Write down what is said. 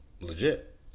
legit